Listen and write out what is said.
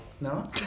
No